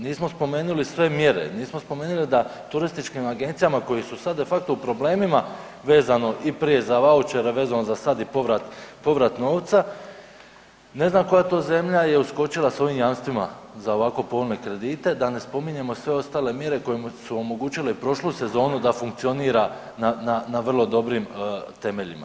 Nismo spomenuli sve mjere, nismo spomenuli da turističkim agencijama koje su sad de facto u problemima vezano i prije za vaučer, a vezano za sad i povrat, povrat novca ne znam koja to zemlja je uskočila sa ovim jamstvima za ovako povoljne kredite da ne spominjemo sve ostale mjere koje su omogućile i prošlu sezonu da funkcionira na vrlo dobrim temeljima.